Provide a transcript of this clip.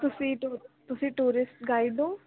ਤੁਸੀਂ ਟੂ ਤੁਸੀਂ ਟੂਰਿਸਟ ਗਾਈਡ ਹੋ